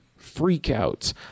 freakouts